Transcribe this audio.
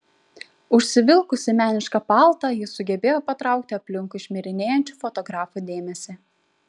užsivilkusi menišką paltą ji sugebėjo patraukti aplinkui šmirinėjančių fotografų dėmesį